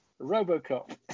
RoboCop